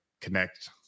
connect